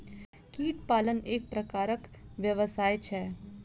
कीट पालन एक प्रकारक व्यवसाय छै